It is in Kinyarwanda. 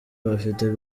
bafite